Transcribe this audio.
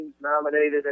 nominated